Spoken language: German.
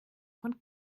von